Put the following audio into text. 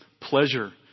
Pleasure